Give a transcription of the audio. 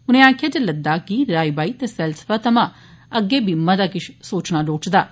उनें आखेआ जे लद्दाख गी राई बाई ते सैलसफा थमां अग्गे बी मता किश सोचना लोड़चदा ऐ